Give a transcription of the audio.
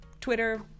Twitter